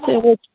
சரி ரைட்